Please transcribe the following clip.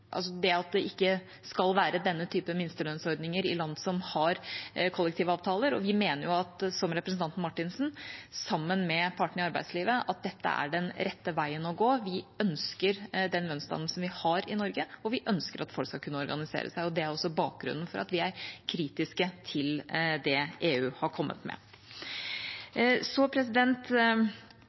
det ikke skal være denne type minstelønnsordninger i land som har kollektive avtaler, og vi mener, som representanten Marthinsen, sammen med partene i arbeidslivet at dette er den rette veien å gå. Vi ønsker den lønnsdannelsen vi har i Norge, og vi ønsker at folk skal kunne organisere seg. Det er også bakgrunnen for at vi er kritiske til det EU har kommet med. Så